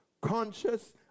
conscious